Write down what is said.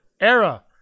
era